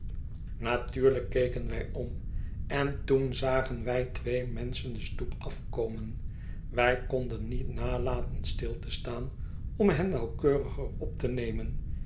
natuurlijk keken wij om en toen zagen wij twee menschen de stoep afkomen wij konden niet nalaten stil te staan om hen nauwkeuriger op te nemen